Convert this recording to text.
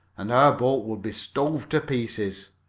and our boat would be stove to pieces.